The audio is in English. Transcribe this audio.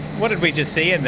what did we just see in